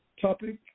topic